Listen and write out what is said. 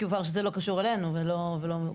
יובהר שזה לא קשור אלינו ולא,